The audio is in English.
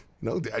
no